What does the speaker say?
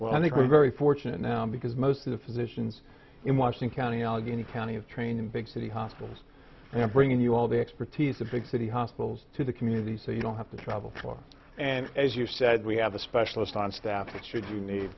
well i think we're very fortunate now because most of the physicians in washington county allegheny county of training big city hospitals they are bringing you all the expertise the big city hospitals to the community so you don't have to travel more and as you said we have a specialist on staff should you need